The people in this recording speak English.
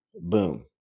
Boom